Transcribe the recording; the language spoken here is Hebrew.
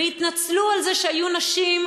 והתנצלו על זה שהיו נשים,